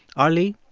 arlie,